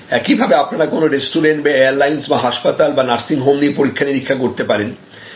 একইভাবে আপনারা কোন রেস্টুরেন্ট বা এয়ারলাইনস বা হাসপাতাল বা নার্সিংহোম নিয়ে পরীক্ষা নিরীক্ষা করতে পারেন